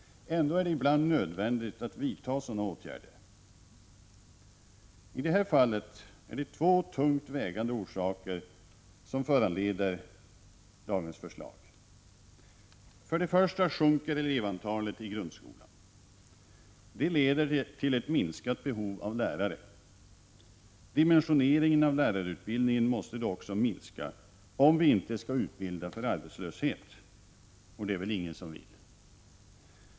Ändå är det ibland nödvändigt att vidta sådana åtgärder.I det här fallet finns det två tungt vägande orsaker till dagens förslag. För det första sjunker elevantalet i grundskolan. Det leder till ett minskat behov av lärare. Dimensioneringen av lärarutbildningen måste också minska, om vi inte skall utbilda för arbetslöshet. Det är väl ingen som vill det.